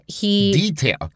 Detail